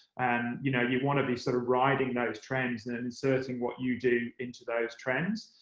and you know you want to be sort of riding those trends and inserting what you do into those trends.